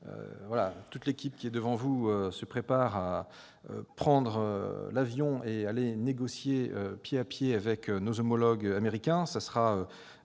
Toute l'équipe, qui est devant vous, se prépare donc à prendre l'avion et à aller négocier pied à pied avec nos homologues américains